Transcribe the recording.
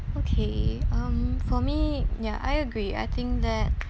okay um for me ya I agree I think that